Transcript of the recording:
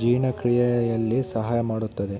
ಜೀರ್ಣಕ್ರಿಯೆಯಲ್ಲಿ ಸಹಾಯ ಮಾಡುತ್ತದೆ